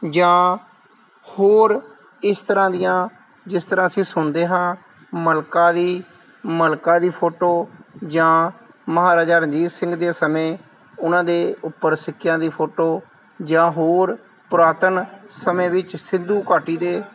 ਜਾਂ ਹੋਰ ਇਸ ਤਰ੍ਹਾਂ ਦੀਆਂ ਜਿਸ ਤਰ੍ਹਾਂ ਅਸੀਂ ਸੁਣਦੇ ਹਾਂ ਮਲਕਾ ਦੀ ਮਲਕਾ ਦੀ ਫੋਟੋ ਜਾਂ ਮਹਾਰਾਜਾ ਰਣਜੀਤ ਸਿੰਘ ਦੇ ਸਮੇਂ ਉਹਨਾਂ ਦੇ ਉੱਪਰ ਸਿੱਕਿਆਂ ਦੀ ਫੋਟੋ ਜਾਂ ਹੋਰ ਪੁਰਾਤਨ ਸਮੇਂ ਵਿੱਚ ਸਿੱਧੂ ਘਾਟੀ ਦੇ